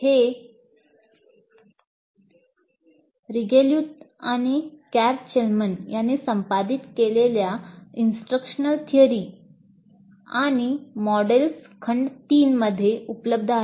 हे रीजेलुथ आणि Carr Chellman यांनी संपादित केलेल्या इंस्ट्रक्शनल थियरी आणि मॉडेल्स खंड III मध्ये उपलब्ध आहे